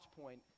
point